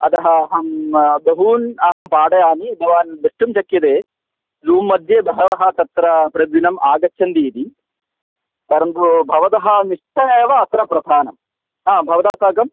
अतः अहं बहून् अहं पाठयामि भवान् द्रष्टुं शक्यते झूम् मध्ये बहवः तत्र प्रतिदिनम् आगच्छन्तीति परन्तु भवतः निश्चयेव अत्र प्रधानं भवता साकम्